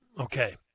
Okay